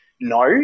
no